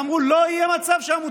ואם לא ייעשה איתם,